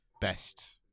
best